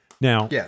Now